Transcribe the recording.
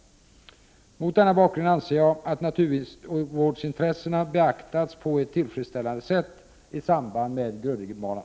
Mot denna bakgrund anser jag att naturvårdsintressena beaktats på ett tillfredsställande sätt i samband med Grödingebanan.